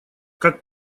как